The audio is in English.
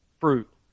Fruit